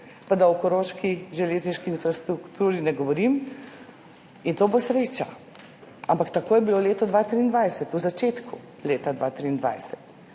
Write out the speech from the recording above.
pa da o koroški železniški infrastrukturi ne govorim. In to bo sreča. Ampak takoj je bilo leto 2023, v začetku leta 2023